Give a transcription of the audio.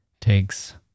takes